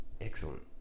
Excellent